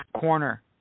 corner